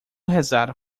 rezar